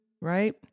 right